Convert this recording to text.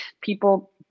People